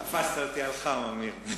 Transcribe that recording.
תפסת אותי על חם, עמיר.